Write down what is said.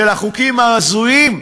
החוק, של החוקים ההזויים.